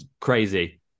Crazy